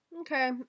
Okay